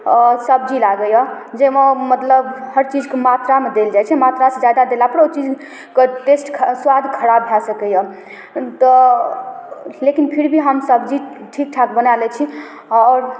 सब्जी लागैए जाहिमे मतलब हरचीजके मात्रामे देल जाइ छै मात्रासँ ज्यादा देलापर ओ चीजके टेस्ट सुआद खराब भऽ सकैए तऽ लेकिन फिरभी हम सब्जी ठीकठाक बना लै छी आओर